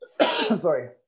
sorry